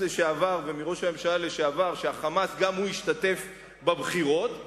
לשעבר ומראש הממשלה לשעבר שה"חמאס" גם הוא ישתתף בבחירות,